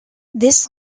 this